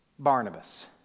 Barnabas